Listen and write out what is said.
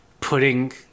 putting